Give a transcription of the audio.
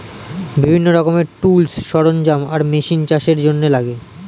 বিভিন্ন রকমের টুলস, সরঞ্জাম আর মেশিন চাষের জন্যে লাগে